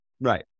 Right